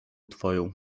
twoją